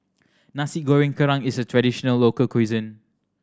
Nasi Goreng Kerang is a traditional local cuisine